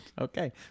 Okay